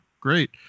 great